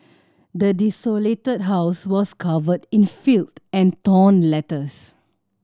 the desolated house was covered in filth and torn letters